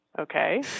okay